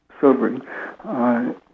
sobering